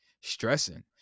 stressing